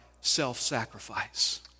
self-sacrifice